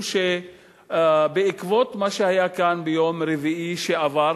הוא שבעקבות מה שהיה כאן ביום רביעי שעבר,